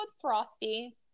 frosty